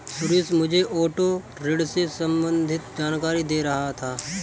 सुरेश मुझे ऑटो ऋण से संबंधित जानकारी दे रहा था